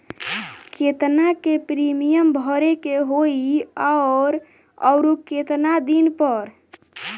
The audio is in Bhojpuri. केतना के प्रीमियम भरे के होई और आऊर केतना दिन पर?